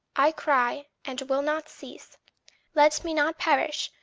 i cry, and will not cease let me not perish,